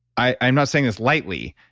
i'm not saying this lightly,